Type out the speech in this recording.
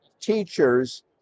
teachers